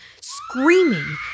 Screaming